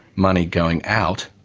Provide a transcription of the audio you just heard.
money going out,